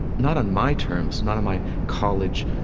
not on my terms, not on my college,